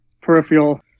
peripheral